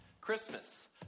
christmas